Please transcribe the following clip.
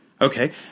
Okay